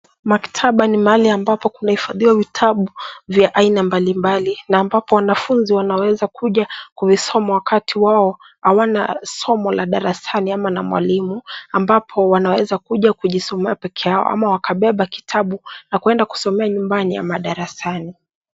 Maktaba ni mahali ambapo kunahifadhiwa vitabu vya aina mbalimbali na ambapo wanafunzi wanaweza kuja kuvisoma wakati wao hawana somo la darasani ama na mwalimu ambapo wanaweza kuja kujisomea wenyewe ama wakabeba kitabu na kwenda kujisomea nyumbani ama darasani.